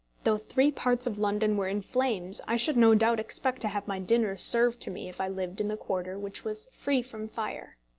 though three parts of london were in flames i should no doubt expect to have my dinner served to me if i lived in the quarter which was free from fire.